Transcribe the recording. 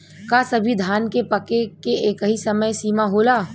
का सभी धान के पके के एकही समय सीमा होला?